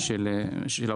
אני מקווה שהם באו.